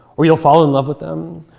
or you'll fall in love with them,